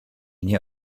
nie